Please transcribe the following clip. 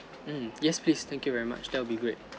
um yes please thank you very much that will be great